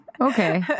okay